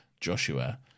Joshua